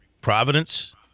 Providence